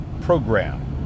Program